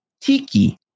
Tiki